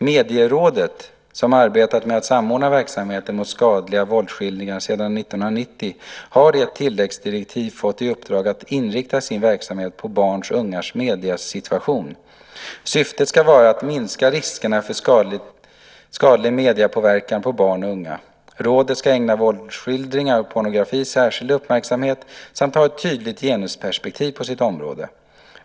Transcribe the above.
Medierådet , som arbetat med att samordna verksamheten mot skadliga våldsskildringar sedan 1990, har i ett tilläggsdirektiv fått i uppdrag att inrikta sin verksamhet på barns och ungas mediesituation. Syftet ska vara att minska riskerna för skadlig mediepåverkan på barn och unga. Rådet ska ägna våldsskildringar och pornografi särskild uppmärksamhet samt ha ett tydligt genusperspektiv på sitt område.